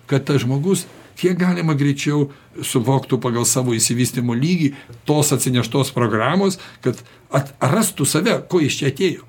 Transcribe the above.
kad tas žmogus kiek galima greičiau suvoktų pagal savo išsivystymo lygį tos atsineštos programos kad atrastų save ko jis čia atėjo